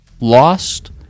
lost